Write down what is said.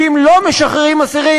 כי אם לא משחררים אסירים,